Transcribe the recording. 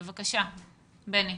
בבקשה, בני.